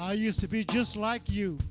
i used to be just like you